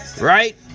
Right